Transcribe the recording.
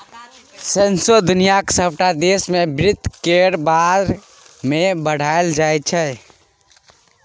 सौंसे दुनियाक सबटा देश मे बित्त केर बारे मे पढ़ाएल जाइ छै